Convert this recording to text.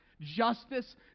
justice